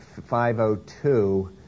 502